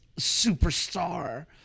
superstar